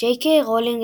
ג'יי קיי רולינג,